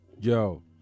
Yo